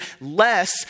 less